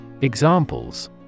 Examples